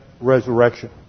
resurrection